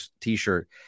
t-shirt